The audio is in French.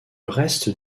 reste